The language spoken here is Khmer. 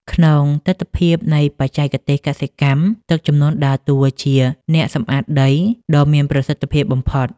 ក្នុងទិដ្ឋភាពនៃបច្ចេកទេសកសិកម្ម ទឹកជំនន់ដើរតួជា អ្នកសម្អាតដី ដ៏មានប្រសិទ្ធភាពបំផុត។